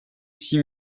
six